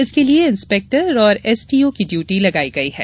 इसके लिये इंस्पेक्टर और एसटीओ की डियूटी लगायी गयी है